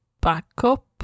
backup